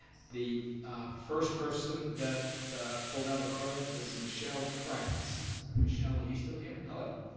the first person that filled out a card was michelle franks. michelle, are you still here, hello.